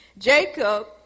Jacob